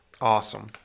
Awesome